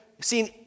seen